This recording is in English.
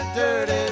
dirty